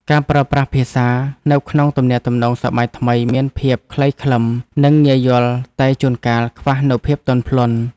ការប្រើប្រាស់ភាសានៅក្នុងទំនាក់ទំនងសម័យថ្មីមានភាពខ្លីខ្លឹមនិងងាយយល់តែជួនកាលខ្វះនូវភាពទន់ភ្លន់។